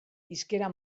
hizkera